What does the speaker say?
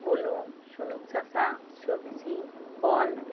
ᱵᱩᱞᱩᱝ ᱥᱩᱱᱩᱢ ᱥᱟᱥᱟᱝ ᱥᱚᱵᱡᱤ ᱯᱷᱚᱞ